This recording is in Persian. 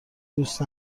دوست